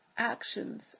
Actions